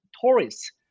tourists